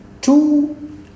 Two